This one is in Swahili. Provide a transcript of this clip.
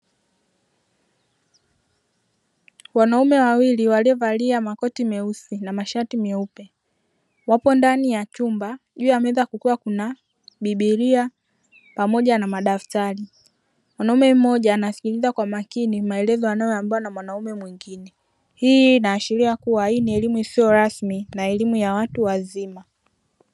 Wanaume wawili walivalia makoti meusi na mashati meupe. Wapo ndani ya chumba, juu ya meza kuko kuna Bibilia pamoja na madaftari. Mwanaume mmoja anasikiliza kwa makini maelezo anayoambiwa na mwanaume mwingine. Hii inaashiria kuwa hii ni elimu isiyo rasmi na elimu ya watu wazima.